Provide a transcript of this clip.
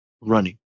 running